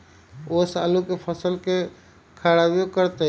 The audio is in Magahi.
ओस आलू के फसल के खराबियों करतै?